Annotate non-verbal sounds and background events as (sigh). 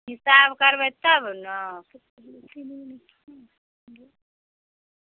हिसाब करबै तब नऽ (unintelligible)